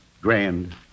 Grand